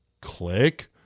click